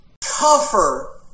tougher